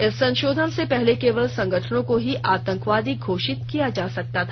इस संशोधन से पहले केवल संगठनों को ही आतंकवादी घोषित किया जा सकता था